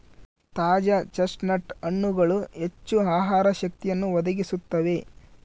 ತಾಜಾ ಚೆಸ್ಟ್ನಟ್ ಹಣ್ಣುಗಳು ಹೆಚ್ಚು ಆಹಾರ ಶಕ್ತಿಯನ್ನು ಒದಗಿಸುತ್ತವೆ